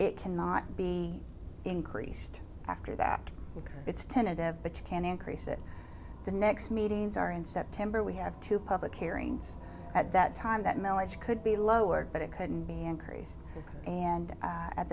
it cannot be increased after that it's tentative but you can increase it the next meetings are in september we have to public hearings at that time that milledge could be lowered but it couldn't be increase and